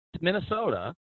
Minnesota